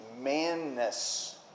manness